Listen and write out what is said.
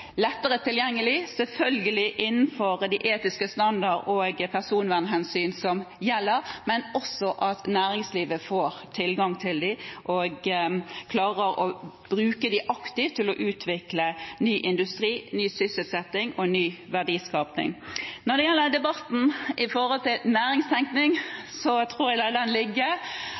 lettere tilgjengelig, selvfølgelig innenfor de etiske standarder og personvernhensyn som gjelder, men også at næringslivet får tilgang til dem og klarer å bruke dem aktivt til å utvikle ny industri, ny sysselsetting og ny verdiskaping. Når det gjelder debatten i forhold til næringstenkning, tror jeg jeg lar den